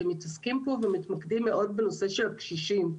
אתם מתמקדים פה מאוד בנושא של הקשישים.